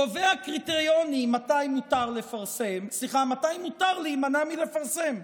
קובע קריטריונים מתי מותר להימנע מלפרסם.